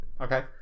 Okay